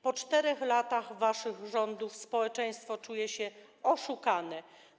Po 4 latach waszych rządów społeczeństwo czuje się oszukane.